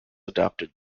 adopted